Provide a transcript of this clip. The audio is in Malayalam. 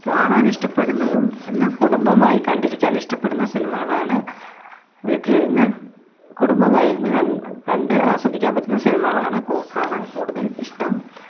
കാണാൻ ഇഷ്ടപ്പെടുന്നതും എന്നാൽ കുടുംബമായി കണ്ടിരിക്കാൻ ഇഷ്ടപ്പെടുന്ന സിനിമകളാണ് വീട്ടിലിരുന്ന് കുടുംബമായിരുന്ന് കണ്ട് ആസ്വദിക്കാൻ പറ്റുന്ന സിനിമകളാണ് കാണാൻ കൂടുതൽ ഇഷ്ടം